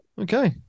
Okay